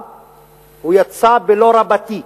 הוא יצא ב"לא" רבתי